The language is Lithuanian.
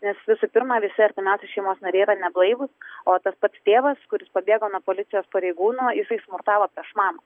nes visų pirma visi artimiausi šeimos nariai yra neblaivūs o tas pats tėvas kuris pabėgo nuo policijos pareigūno jisai smurtavo prieš mamą